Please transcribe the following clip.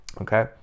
okay